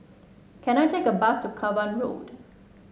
can I take a bus to Cavan Road